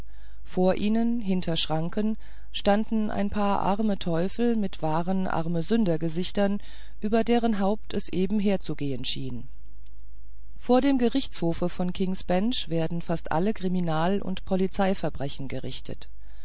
vor ihnen hinter schranken standen ein paar arme teufel mit wahren armesündergesichtern über deren haupt es eben herzugehen schien vor dem gerichtshofe von kingsbench werden fast alle kriminal und polizeiverbrechen gerichtet